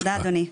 תודה אדוני.